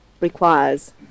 requires